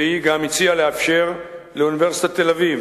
והיא גם הציעה לאפשר לאוניברסיטת תל-אביב